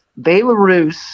Belarus